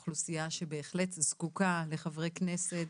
זו אוכלוסייה שבהחלט זקוקה לחברי כנסת,